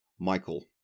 Michael